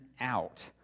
out